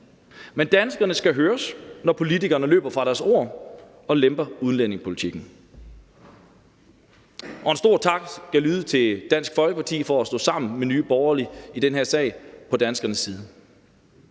Men danskerne skal høres, når politikerne løber fra deres ord og lemper udlændingepolitikken. En stor tak skal lyde til Dansk Folkeparti for at stå sammen med Nye Borgerlige i den her sag på danskernes side.